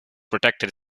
protected